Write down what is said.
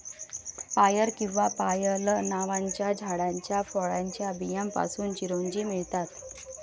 पायर किंवा पायल नावाच्या झाडाच्या फळाच्या बियांपासून चिरोंजी मिळतात